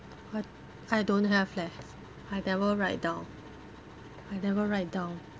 I I don't have leh I never write down I never write down